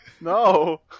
no